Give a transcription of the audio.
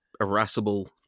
irascible